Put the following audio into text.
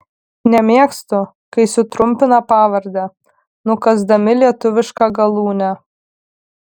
nemėgstu kai sutrumpina pavardę nukąsdami lietuvišką galūnę